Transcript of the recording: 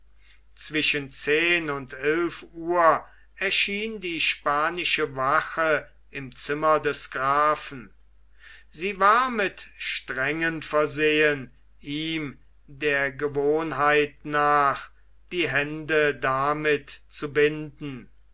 zwischen zehn und eilf uhr erschien die spanische wache im zimmer des grafen sie war mit strängen versehen ihm der gewohnheit nach die hände damit zu binden